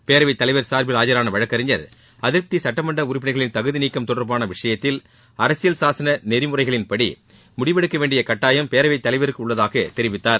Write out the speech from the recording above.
பேரவைத் தலைவர் சார்பில் ஆஜான வழக்கறிஞர் அதிருப்தி சட்டமன்ற உறுப்பினர்களின் தகுதி நீக்கம் தொடர்பான விஷயத்தில் அரசியல் சாசன நெறிமுறைகள் படி முடிவெடுக்க வேண்டிய கட்டாயம் பேரவைத் தலைவருக்கு உள்ளதாக தெரிவித்தார்